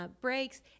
breaks